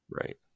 Right